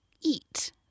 eat